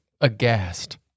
aghast